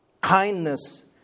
kindness